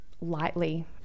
lightly